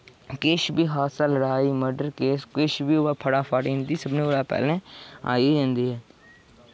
किश बी हादसा लड़ाई मर्डर किश बी होऐ फटाफट इं'दी सभनें कोला पैह्लें आई जंदी ऐ